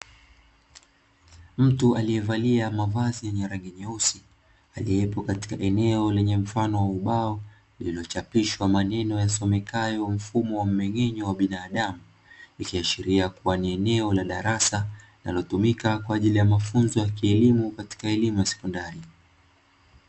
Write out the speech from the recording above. Mtu aliyevalia mavazi ya rangi nyeusi, aliyepo katika eneo lenye mfano wa ubao uliochapishwa maneno yasomekayo mfumo wa umenge'enyo wa binadamu, ikiashiria kuwa ni eneo la darasa linalotumika kwa ajili ya mafunzo ya kielimu katika elimu ya sekondari.